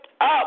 Up